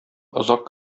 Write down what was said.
озак